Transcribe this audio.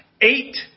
Eight